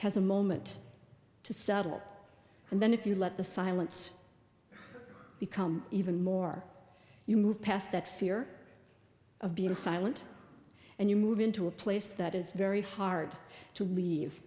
has a moment to settle and then if you let the silence become even more you move past that fear of being silent and you move into a place that is very hard to